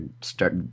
start